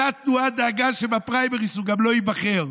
אותה תנועה דאגה שבפריימריז הוא גם לא ייבחר.